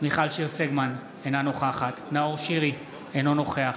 מיכל שיר סגמן, אינה נוכחת נאור שירי, אינו נוכח